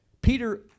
Peter